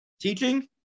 teaching